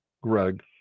Greg